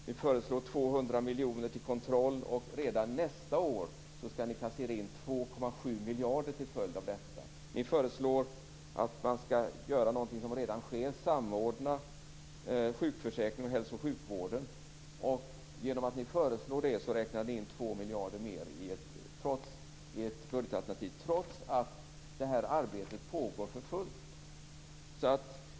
Ni föreslår 200 miljoner till kontroll, och redan nästa år skall ni på ett helt orimligt sätt kassera in 2,7 miljarder kronor till följd av detta. Ni föreslår att man skall göra något som redan sker, nämligen samordna sjukförsäkringen med hälso och sjukvården. Och genom att ni föreslår det räknar ni in 2 miljarder kronor mer i ert budgetalternativ trots att detta arbete pågår för fullt.